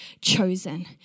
chosen